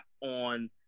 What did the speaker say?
on